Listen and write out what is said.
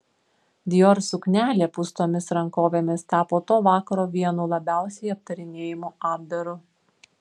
dior suknelė pūstomis rankovėmis tapo to vakaro vienu labiausiai aptarinėjamu apdaru